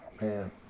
man